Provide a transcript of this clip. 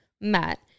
met